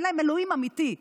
אין להם אלוהים אמיתי.